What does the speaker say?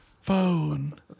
phone